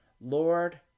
Lord